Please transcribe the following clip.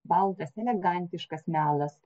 baltas elegantiškas melas